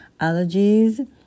Allergies